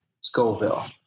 Scoville